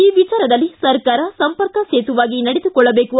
ಈ ವಿಚಾರದಲ್ಲಿ ಸರ್ಕಾರ ಸಂಪರ್ಕ ಸೇತುವಾಗಿ ನಡೆದುಕೊಳ್ಳಬೇಕು